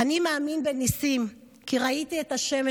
"אני מאמין בניסים / כי ראיתי את השמש